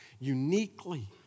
uniquely